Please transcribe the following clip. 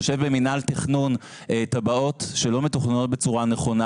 יש במנהל התכנון תב״עות שלא מתוכננות בצורה נכונה.